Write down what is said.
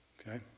Okay